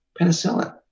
Penicillin